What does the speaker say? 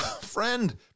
Friend